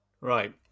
Right